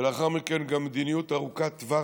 ולאחר מכן גם למדיניות ארוכת טווח.